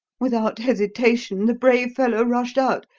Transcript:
without hesitation the brave fellow rushed out,